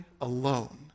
alone